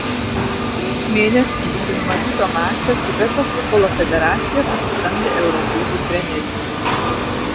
prieš mėnesį iki numatyto mačo tibeto futbolo federacija pasisamdė europietį trenerį